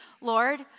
Lord